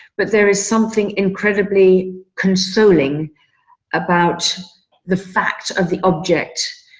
but there is something incredibly consoling about the fact of the object,